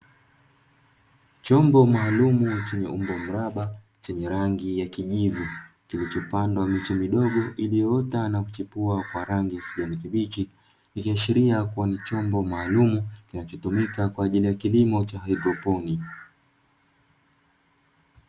Chombo maalumu chenye umbo mraba cheye rangi ya kijivu kilichopandwa miche midogo iliyoota na kuchipua kwa rangi ya kijani kibichi, ikiashiria kuwa ni chombo maalumu kinachotumika kwa ajili ya kilimo cha haidroponi.